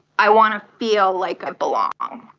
i want to feel like i belong.